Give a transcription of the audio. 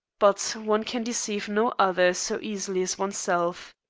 but one can deceive no other so easily as oneself.